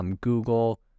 Google